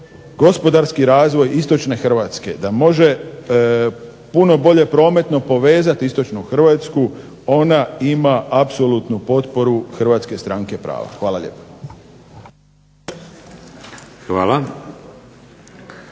gospodarski razvoj istočne Hrvatske, da može puno bolje prometno povezati istočnu Hrvatsku ona ima apsolutnu potporu Hrvatske stranke prava. Hvala lijepa.